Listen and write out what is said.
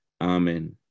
Amen